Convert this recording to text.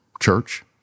church